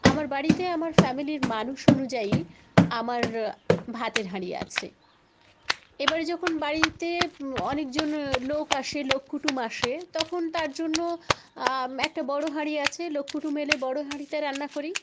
আমার বাড়িতে আমার ফ্যামেলির মানুষ অনুযায়ী আমার ভাতের হাঁড়ি আছে এবারে যখন বাড়িতে অনেকজন লোক আসে লোক কুটুম আসে তখন তার জন্য একটা বড়ো হাঁড়ি আছে লোক কুটুম এলে বড় হাঁড়িতে রান্না করি